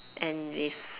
and with